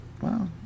Wow